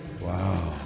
Wow